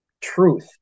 truth